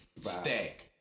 Stack